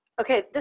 Okay